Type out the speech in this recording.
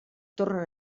tornen